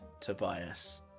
Tobias